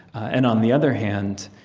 and on the other hand,